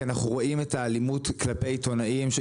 כי אנחנו רואים את האלימות כלפי עיתונאים.